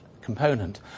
component